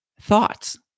thoughts